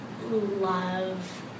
love